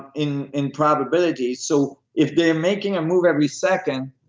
in in probability. so if they're making a move every second,